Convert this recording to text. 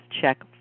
check